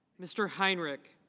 mr. heinrich.